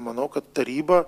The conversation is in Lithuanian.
manau kad taryba